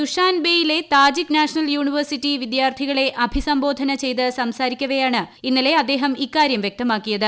ദുഷാൻബേയിലെ Tajik National University വിദ്യാർത്ഥികളെ അഭിസംബോധന ചെയ്ത് സംസാരിക്കവെയാണ് ഇന്നലെ അദ്ദേഹം ഇക്കാര്യം വ്യക്തമാക്കിയത്